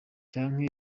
canke